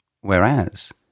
Whereas